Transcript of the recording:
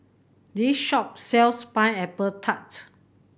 this shop sells Pineapple Tart